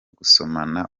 gusomana